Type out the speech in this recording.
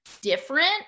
different